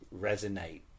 resonate